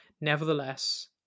Nevertheless